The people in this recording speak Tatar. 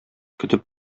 көтеп